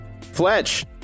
Fletch